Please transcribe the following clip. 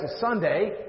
Sunday